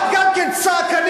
את גם כן צעקנית.